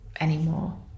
anymore